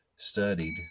studied